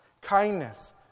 kindness